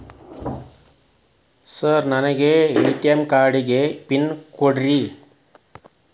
Sir ನನಗೆ ATM card pin ಕೊಡ್ರಿ?